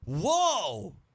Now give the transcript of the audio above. whoa